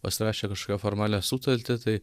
pasirašę kažkokią formalią sutartį tai